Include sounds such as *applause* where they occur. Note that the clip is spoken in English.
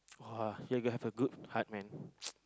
!wow! you got to a good heart man *breath* *noise*